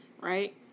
Right